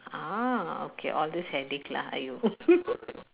ah okay all the selling lah !aiyo!